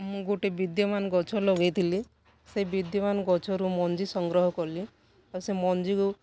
ମୁଁ ଗୋଟେ ବିଦ୍ୟମାନ ଗଛ ଲଗାଇଥିଲି ସେ ବିଦ୍ୟମାନ ଗଛରୁ ମଞ୍ଜି ସଂଗ୍ରହ କଲି ଓ ସେ ମଞ୍ଜିକୁ